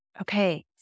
Okay